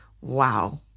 Wow